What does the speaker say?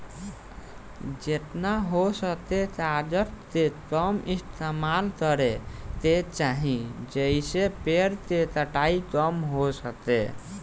जेतना हो सके कागज के कम इस्तेमाल करे के चाही, जेइसे पेड़ के कटाई कम हो सके